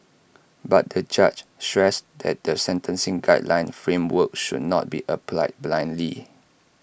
but the judge stressed that the sentencing guideline framework should not be applied blindly